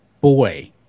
Boy